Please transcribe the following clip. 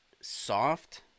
soft